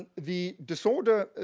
and the disorder,